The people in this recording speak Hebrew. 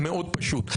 מאוד פשוט.